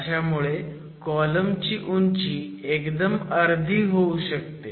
अशामुळे कॉलम ची उंची एकदम अर्धी होऊ शकते